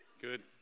Good